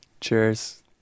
Cheers